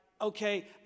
okay